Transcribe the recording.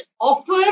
offer